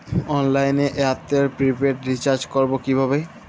অনলাইনে এয়ারটেলে prepaid recharge করবো কিভাবে?